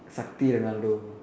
Sakthi Ronaldo